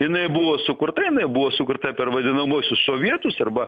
jinai buvo sukurta jinai buvo sukurta per vadinamuosius sovietus arba